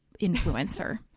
influencer